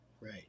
Right